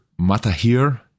Matahir